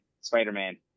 Spider-Man